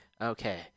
okay